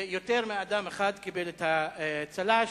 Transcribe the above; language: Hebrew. ויותר מאדם אחד קיבל את הצל"ש.